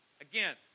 Again